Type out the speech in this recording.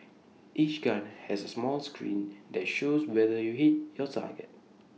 each gun has A small screen that shows whether you hit your target